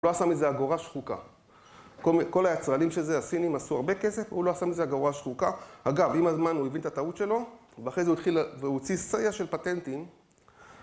הוא לא עשה מזה אגורה שחוקה. כל היצרנים של זה, הסינים עשו הרבה כסף, הוא לא עשה מזה אגורה שחוקה. אגב, עם הזמן הוא הבין את הטעות שלו, ואחרי זה הוא הוציא סרייה של פטנטים.